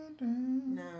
no